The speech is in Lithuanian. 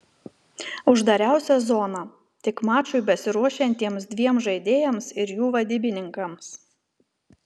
uždariausia zona tik mačui besiruošiantiems dviem žaidėjams ir jų vadybininkams